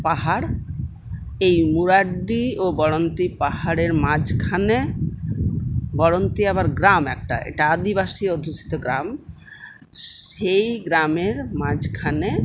পাহাড় এই মুরাড্ডি ও বড়ন্তি পাহাড়ের মাঝখানে বড়ন্তি আবার গ্রাম একটা এটা আদিবাসী অধ্যুষিত গ্রাম সেই গ্রামের মাঝখানে